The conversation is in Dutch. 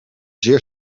zeer